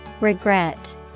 Regret